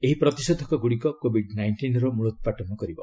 ଏହି ପ୍ରତିଷେଧକ ଗୁଡ଼ିକ କୋବିଡ୍ ନାଇଷ୍ଟିନ୍ର ମ୍ବଳୋପ୍ାଟନ କରିବ